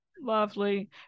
Lovely